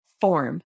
form